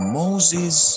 moses